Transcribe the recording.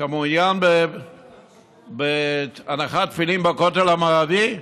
אתה מעוניין בהנחת תפילין בכותל המערבי?